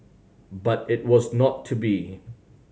but it was not to be